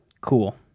cool